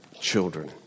children